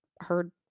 heard